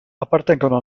appartengono